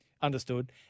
understood